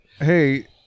hey